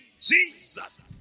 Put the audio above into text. Jesus